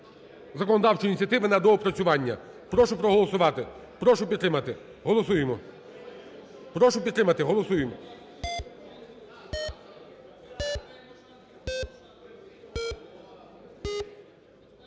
законодавчої ініціативи на доопрацювання. Прошу проголосувати, прошу підтримати. Голосуємо. Прошу підтримати. Голосуємо.